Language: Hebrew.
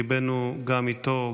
ליבנו גם איתו,